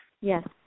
Yes